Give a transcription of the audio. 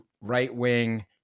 right-wing